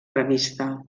revista